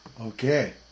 Okay